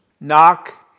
Knock